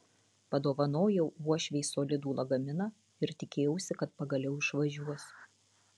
padovanojau uošvei solidų lagaminą ir tikėjausi kad pagaliau išvažiuos